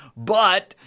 but,